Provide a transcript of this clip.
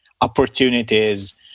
opportunities